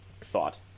thought